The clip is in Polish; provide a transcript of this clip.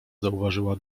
zauważyła